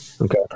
Okay